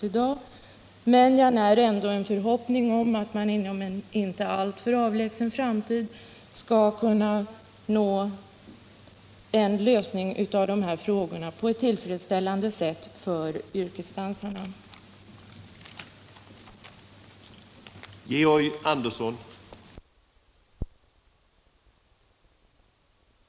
Jag när ändå en förhoppning om att man inom en inte alltför avlägsen framtid skall kunna nå en lösning på dessa problem på ett för yrkesdansarna tillfredsställande sätt.